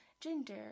gender